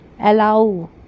allow